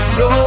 no